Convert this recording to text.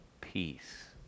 peace